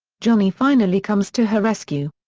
johnny finally comes to her rescue.